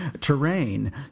terrain